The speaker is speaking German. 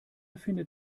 findet